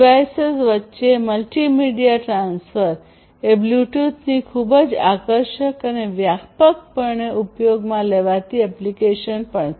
devices વચ્ચે multimedia transfer એ બ્લૂટૂથની ખૂબ જ આકર્ષક અને વ્યાપકપણે ઉપયોગમાં લેવાતી એપ્લિકેશન પણ છે